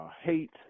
hate